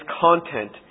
content